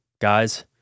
guys